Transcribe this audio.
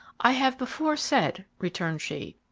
i have before said, returned she,